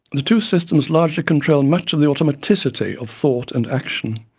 the two systems largely control much of the automaticity of thought and action.